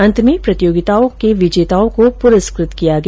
अंत में प्रतियोगिताओं के विजेताओं को पुरस्कृत किया गया